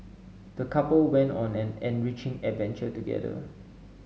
the couple went on an enriching adventure together